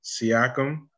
Siakam